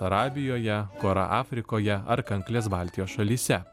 arabijoje kora afrikoje ar kanklės baltijos šalyse